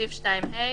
בסעיף קטן (ה),